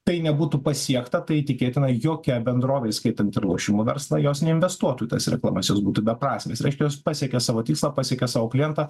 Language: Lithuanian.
tai nebūtų pasiekta tai tikėtina jokia bendrovė įskaitant ir lošimų verslą jos neinvestuotų į tas reklamas jos būtų beprasmės reiškia jos pasiekia savo tikslą pasiekia savo klientą